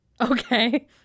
Okay